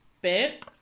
bit